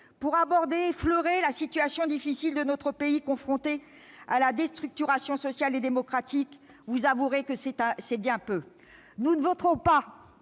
ou plutôt effleurer, la situation difficile de notre pays, confronté à la déstructuration sociale et démocratique, c'est bien peu. Nous ne voterons pas